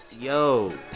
Yo